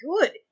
good